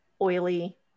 oily